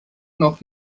noch